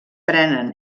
prenen